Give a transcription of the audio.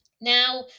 now